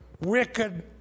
wicked